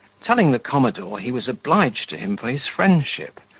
telling the commodore, he was obliged to him for his friendship,